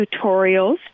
tutorials